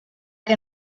que